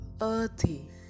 earthy